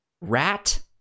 Rat